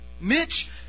Mitch